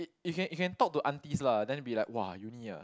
you you can you can talk to aunties lah then it be like !wah! uni ah